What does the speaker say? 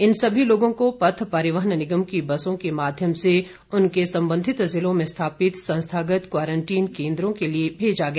इन सभी लोगों को पथ परिवहन निगम की बसों के माध्यम से उनके संबंधित जिलों में स्थापित संस्थागत क्वारंटीन केन्द्रों के लिए भेजा गया